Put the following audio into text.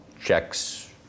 checks